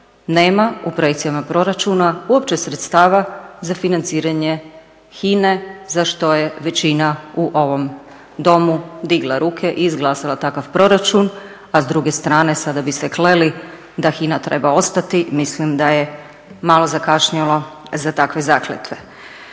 nema u projekcijama proračuna uopće sredstava za financiranje HINA-e za što je većina u ovom Domu digla ruke i izglasala takav proračun, a s druge strane sada bi se kleli da HINA treba ostati, mislim da je malo zakašnjelo za takve zakletve.